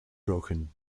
broken